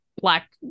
black